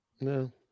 No